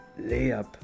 Layup